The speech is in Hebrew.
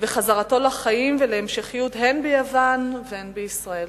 ואת חזרתו לחיים ולהמשכיות הן ביוון והן בישראל.